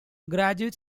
graduate